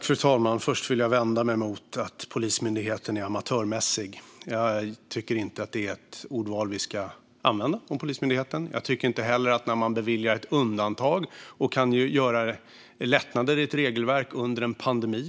Fru talman! Först vill jag vända mig mot påståendet att Polismyndigheten är amatörmässig. Jag tycker inte att det är ett ordval vi ska använda om Polismyndigheten. Jag tycker inte heller att det är att inte ta ansvar när man beviljar undantag och lättnader i ett regelverk under en pandemi.